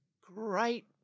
great